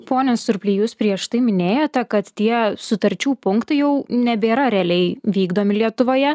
pone surply jūs prieš tai minėjote kad tie sutarčių punktai jau nebėra realiai vykdomi lietuvoje